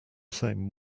same